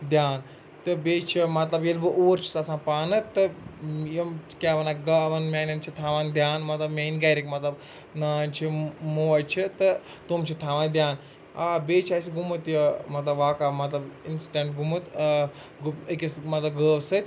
دھیان تہٕ بیٚیہِ چھِ مطلب ییٚلہِ بہٕ اوٗرۍ چھُس آسان پانہٕ تہٕ یِم کیٛاہ وَنان گاوَن میانیٚن چھِ تھاوان دھیان مطلب میٛٲنۍ گَھرِکۍ مطلب نانۍ چھِ موج چھِ تہٕ تِم چھِ تھاوان دھیان آ بیٚیہِ چھِ اسہِ گوٚمُت یہِ مطلب واقع مطلب اِنسِڈٖٚنٛٹ گوٚمُت ٲں أکِس مطلب گٲو سۭتۍ